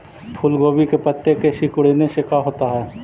फूल गोभी के पत्ते के सिकुड़ने से का होता है?